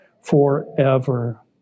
forever